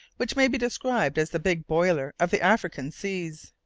which may be described as the big boiler of the african seas.